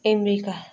America